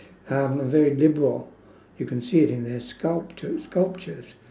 um very liberal you can see it in their sculpture~ sculptures